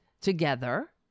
together